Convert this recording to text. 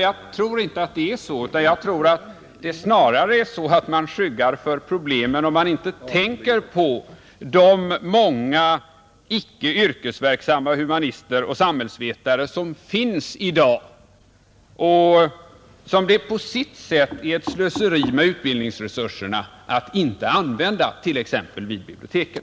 Jag tror inte att det är så; snarare är det nog så att man skyggar för problemen om man inte tänker på de många icke yrkesverksamma humanister och samhällsvetare som finns i dag och som det på sitt sätt är ett slöseri med utbildningsresurserna att inte använda, t.ex. vid biblioteken.